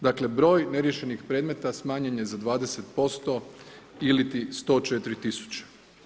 Dakle broj neriješenih predmeta smanjen je za 20% ili ti 104 000.